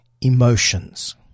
emotions